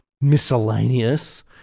miscellaneous